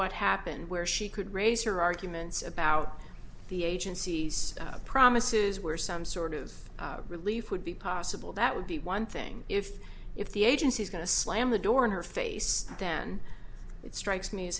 what happened where she could raise her arguments about the agency's promises where some sort of relief would be possible that would be one thing if if the agency's going to slam the door in her face then it strikes me